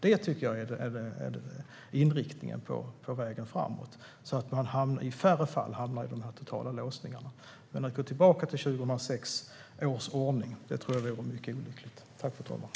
Det är den inriktningen som är vägen framåt - att det blir färre fall där man hamnar i en total låsning. Jag tror att det vore mycket olyckligt att gå tillbaka till 2006 års ordning.